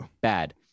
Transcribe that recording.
bad